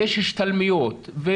ויש השתלמויות,